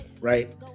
right